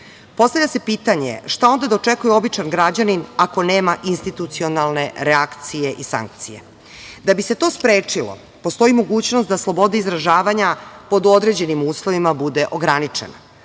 se pitanje šta onda da očekuje običan građanin ako nema institucionalne reakcije i sankcije? Da bi se to sprečilo postoji mogućnost da sloboda izražavanja pod određenim uslovima bude ograničena.